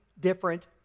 different